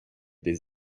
des